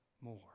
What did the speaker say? more